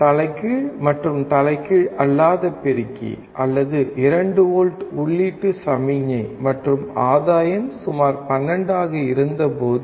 தலைகீழ் மற்றும் தலைகீழ் அல்லாத பெருக்கி அல்லது 2 வோல்ட் உள்ளீடு சமிக்ஞை மற்றும் ஆதாயம் சுமார் 12 ஆக இருந்தபோது